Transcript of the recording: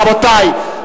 רבותי,